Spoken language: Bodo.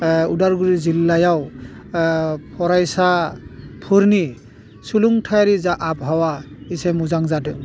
अदालगुरि जिल्लायाव फरायसाफोरनि सोलोंथाइयारि जा आबहावा इसे मोजां जादों